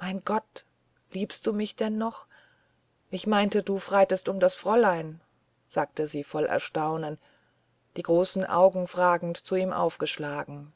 mein gott liebst du mich denn noch ich meinte du freitest um das fräulein sagte sie voll erstaunen die großen augen fragend zu ihm aufgeschlagen